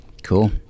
Cool